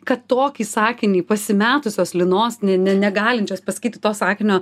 kad tokį sakinį pasimetusios linos ne ne negalinčios pasakyti to sakinio